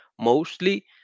mostly